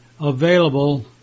available